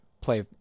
play